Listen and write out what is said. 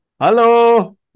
Hello